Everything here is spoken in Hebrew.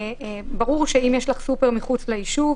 ברור שאם יש לך סופר מחוץ ליישוב,